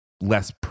less